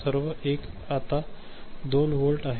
तर सर्व 1 आता 2 व्होल्ट आहे